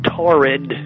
torrid